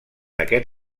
aquest